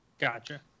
Gotcha